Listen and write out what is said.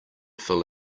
fill